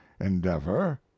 endeavor